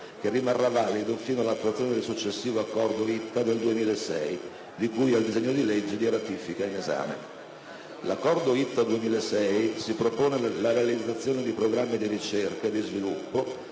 che rimarrà valido fino all'attuazione del successivo Accordo ITTA del 2006, di cui al disegno di legge di ratifica in esame. L'Accordo ITTA 2006 si propone la realizzazione di programmi di ricerca e di sviluppo,